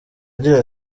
agira